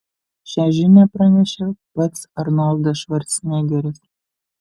šią žinią pranešė pats arnoldas švarcnegeris